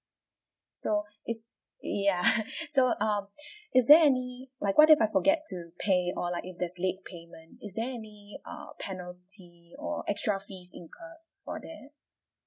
so it's ya so uh is there like what if I forget to pay or like if there's late payment is there any err penalty or extra fees incur for that